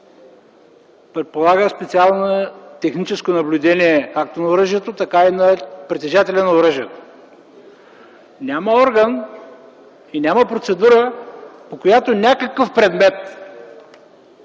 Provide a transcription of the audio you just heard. предполага специално техническо наблюдение както на оръжието, така и на притежателя на оръжието. Няма орган и няма процедура, по която някакъв предмет,